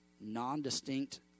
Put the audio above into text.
non-distinct